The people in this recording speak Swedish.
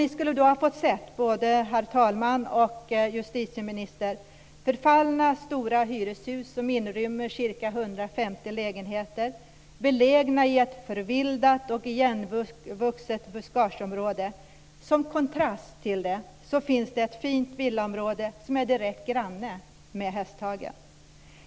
Ni skulle då ha fått se - både herr talman och herr justitieminister - förfallna stora hyreshus som inrymmer ca 150 lägenheter, belägna i ett förvildat och igenvuxet buskageområde. Som kontrast finns det ett fint villaområde som är direkt granne med Hästhagen.